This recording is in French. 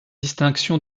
distinction